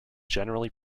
generally